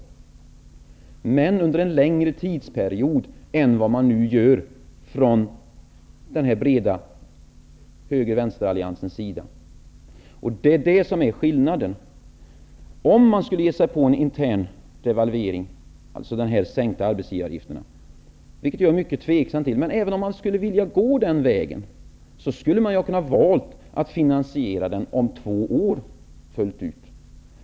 Men det sträcker sig över en längre tidsperiod än det förslag som förespråkas av den här breda höger--vänsteralliansen. Det är det som är skillnaden. Om man skulle vilja ge sig på en intern devalvering, det gäller alltså de sänkta arbetsgivaravgifterna, vilket jag är mycket tveksam till, skulle man ha kunnat välja att finansiera den fullt ut om två år.